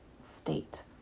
state